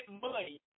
money